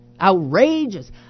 outrageous